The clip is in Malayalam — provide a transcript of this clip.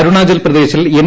അരുണാചൽപ്രദേശിൽ എൻ